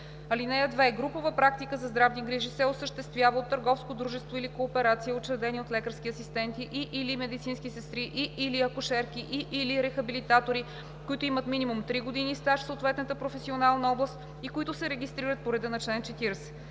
чл. 40. (2) Групова практика за здравни грижи се осъществява от търговско дружество или кооперация, учредени от лекарски асистенти и/или медицински сестри, и/или акушерки, и/или рехабилитатори, които имат минимум три години стаж в съответната професионална област и които се регистрират по реда на чл. 40.